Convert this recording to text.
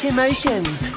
emotions